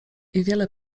wiele